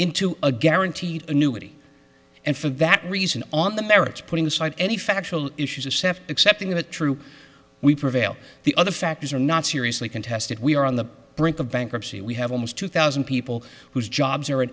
into a guaranteed annuity and for that reason on the merits putting aside any factual issues assaf accepting the truth we prevail the other factors are not seriously contested we are on the brink of bankruptcy we have almost two thousand people whose jobs are a